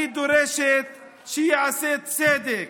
אני דורשת שייעשה צדק.